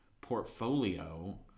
portfolio